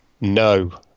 no